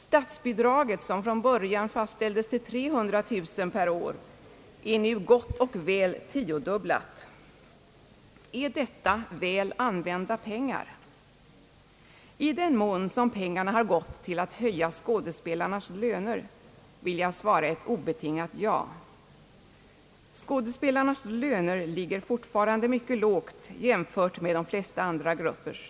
Statsbidraget, som från början fastställdes till 300 000 kronor per år, är nu gott och väl tiodubblat. är detta väl använda pengar? I den mån som pengarna har gått till att höja skådespelarnas löner, vill jag svara ett obetingat ja. Dessa ligger fortfarande mycket lågt jämfört med de flesta andra gruppers.